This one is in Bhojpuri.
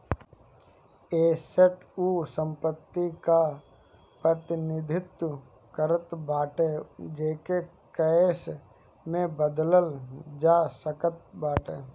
एसेट उ संपत्ति कअ प्रतिनिधित्व करत बाटे जेके कैश में बदलल जा सकत बाटे